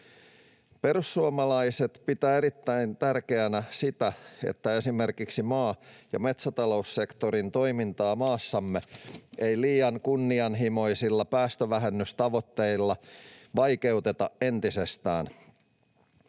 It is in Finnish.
Perussuomalaiset pitävät erittäin tärkeänä sitä, että esimerkiksi maa‑ ja metsäta-loussektorin toimintaa maassamme ei liian kunnianhimoisilla päästövähennystavoitteilla vaikeuteta entisestään.